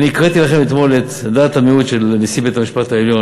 אני הקראתי לכם אתמול את דעת המיעוט של נשיא בית-המשפט העליון,